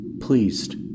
pleased